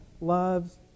loves